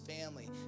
family